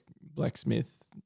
blacksmith